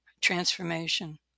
transformation